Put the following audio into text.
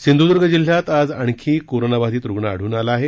सिंध्द्र्ग जिल्ह्यात आज आणखी कोरोनाबाधीत रुग्ण आढळून आला आहे